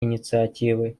инициативы